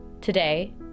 Today